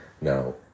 No